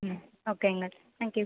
ம் ஓகேங்க thank you